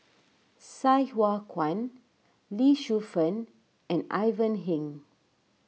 Sai Hua Kuan Lee Shu Fen and Ivan Heng